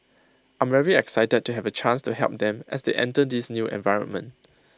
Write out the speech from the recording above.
I'm very excited to have A chance to help them as they enter this new environment